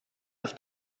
auf